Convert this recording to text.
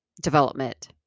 development